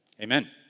Amen